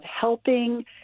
helping